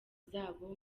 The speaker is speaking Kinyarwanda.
zabo